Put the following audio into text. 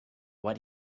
what